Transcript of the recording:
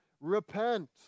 repent